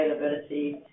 availability